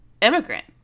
immigrant